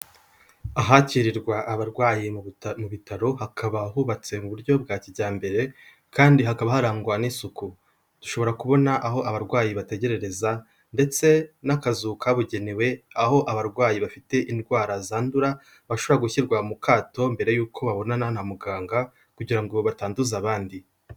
Ahakirirwa abarwayi mu bitaro, hakaba hubatse mu buryo bwa kijyambere, kandi hakaba harangwa n'isuku, ushobora kubona aho abarwayi bategererereza ndetse n'akazu kabugenewe aho abarwayi bafite indwara zandura bashobora gushyirwa mu kato, mbere y'uko babonana na muganga kugira ngo batanduza abandi.